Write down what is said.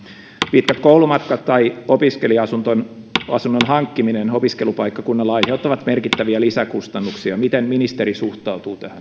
pitkät koulumatkat tai opiskelija asunnon asunnon hankkiminen opiskelupaikkakunnalla aiheuttavat merkittäviä lisäkustannuksia miten ministeri suhtautuu